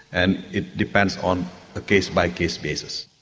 and it depends on a case-by-case basis.